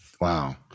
Wow